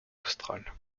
australe